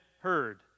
heard